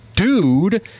dude